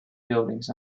buildings